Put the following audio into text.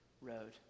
road